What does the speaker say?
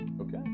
Okay